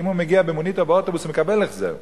כי אם הוא מגיע במונית או באוטובוס הוא מקבל החזר.